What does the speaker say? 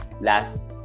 last